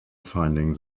finding